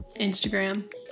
Instagram